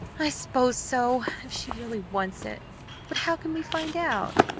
i s'pose so, if she really wants it but how can we find out?